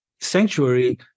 sanctuary